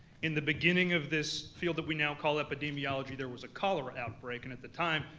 in the beginning of this field that we now call epidemiology, there was a cholera outbreak and at the time,